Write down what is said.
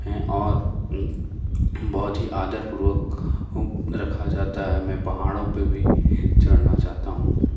और बहुत ही आदरपूर्वक रखा जाता है मैं पहाड़ों पर भी चढ़ना चाहता हूँ